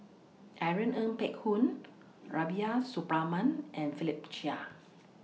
Irene Ng Phek Hoong Rubiah Suparman and Philip Chia